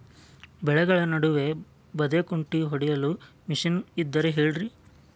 ಬೆಳೆಗಳ ನಡುವೆ ಬದೆಕುಂಟೆ ಹೊಡೆಯಲು ಮಿಷನ್ ಇದ್ದರೆ ಹೇಳಿರಿ